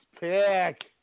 pick